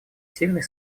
сильный